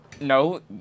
No